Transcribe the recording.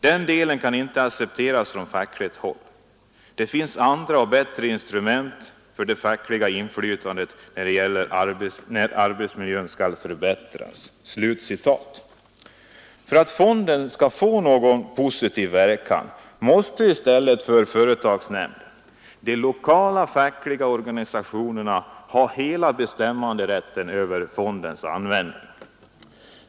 Den delen kan inte accepteras från fackligt håll — det finns andra och bättre instrument för det fackliga inflytandet när arbetsmiljön skall förbättras.” För att fonden skall få någon positiv verkan måste i stället för företagsnämnden de lokala fackliga organisationerna ha hela bestämmanderätten över fondens användning.